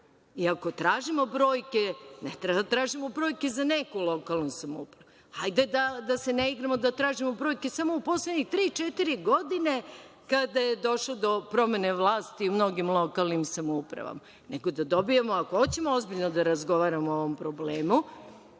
I ako tražimo brojke, ne treba da tražimo brojke za neku lokalnu samoupravu. Hajde da se ne igramo i da tražimo brojke samo u poslednje tri, četiri godine kada je došlo do promene vlasti u mnogim lokalnim samoupravama, nego da dobijemo… Ako hoćemo ozbiljno da razgovaramo o ovom problemu,